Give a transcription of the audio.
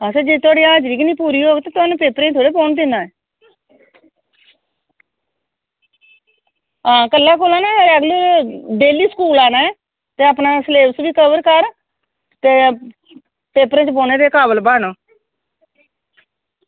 असें जिन्नें तोड़ी हाज़री गै नी पूरी होग ते तोहानूं पेपरें गी थोह्ड़े बौह्न देनां ऐ हां कल्लै कोला दा न् अग्गैं डेल्ली स्कूल आनां ऐ ते अपनां स्लेवस बी कवर कर ते पेपरे च बौह्नें दे कावल बन